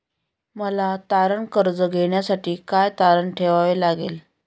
मला तारण कर्ज घेण्यासाठी काय तारण ठेवावे लागेल?